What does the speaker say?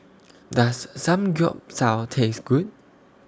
Does Samgyeopsal Taste Good